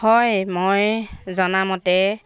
হয় মই জনা মতে